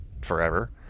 forever